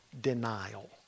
denial